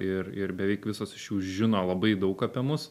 ir ir beveik visos iš jų žino labai daug apie mus